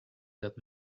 that